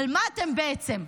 אבל מה אתם בעצם?